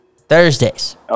Thursdays